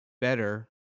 better